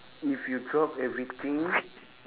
if you drop everything